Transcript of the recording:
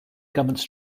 government